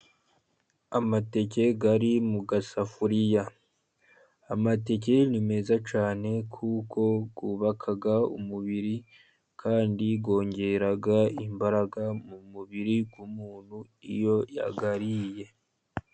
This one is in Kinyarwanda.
Amateke ari mu gasafuriya. Amateke ni meza cyane, kuko yubaka umubiri, kandi yongera imbaraga mu mubiri w'umuntu, iyo yayariye.